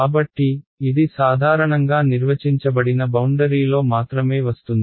కాబట్టి ఇది సాధారణంగా నిర్వచించబడిన బౌండరీలో మాత్రమే వస్తుంది